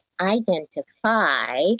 identify